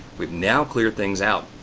we've now cleared things out,